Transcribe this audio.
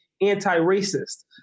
anti-racist